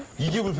you